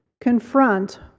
confront